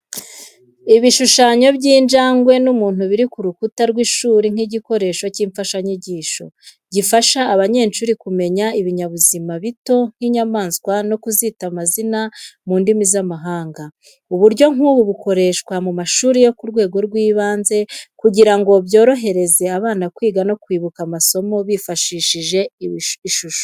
Ibishushanyo by'injangwe n'umuntu biri ku rukuta rw’ishuri nk’igikoresho cy’imfashanyigisho. Gifasha abanyeshuri kumenya ibinyabuzima bito nk’inyamaswa no kuzita amazina mu ndimi z’amahanga. Uburyo nk’ubu bukoreshwa mu mashuri yo ku rwego rw’ibanze kugira ngo byorohere abana kwiga no kwibuka amasomo bifashishije ishusho.